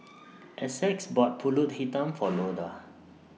Essex bought Pulut Hitam For Loda